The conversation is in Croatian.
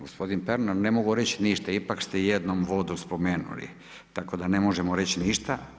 Gospodine Pernar, ne mogu reći ništa, ipak ste jednom vodu spomenuli, tako da ne možemo reći ništa.